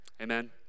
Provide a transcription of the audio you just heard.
Amen